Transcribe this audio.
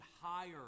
higher